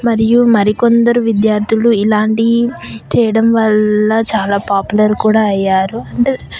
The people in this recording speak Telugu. మరియు మరికొందరు విద్యార్థులు ఇలాంటి చేయడం వల్ల చాలా పాపులర్ కూడా అయ్యారు